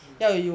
mm